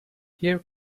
here